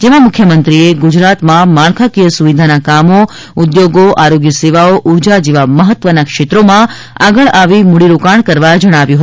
જેમાં મુખ્યમંત્રીએ ગુજરાતમાં માળખાકીય સુવિધાઓના કામો ઉદ્યોગો આરોગ્ય સેવાઓ ઉર્જા જેવા મહત્વના ક્ષેત્રોમાં આગળ આવી મૂડીરોકાણ કરવા જણાવ્યું હતું